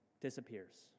disappears